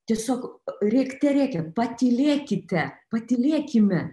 tiesiog rėkte rėkia patylėkite patylėkime